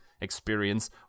experience